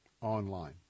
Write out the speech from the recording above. online